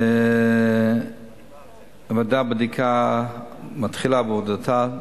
ועדת הבדיקה מתחילה בעבודתה,